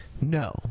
No